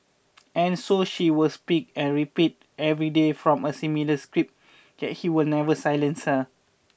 and so she will speak and repeat every day from a similar script can he will never silence her